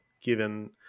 Given